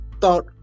thought